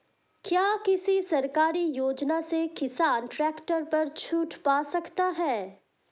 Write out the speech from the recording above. क्या किसी सरकारी योजना से किसान ट्रैक्टर पर छूट पा सकता है?